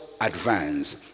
advance